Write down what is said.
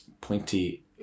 pointy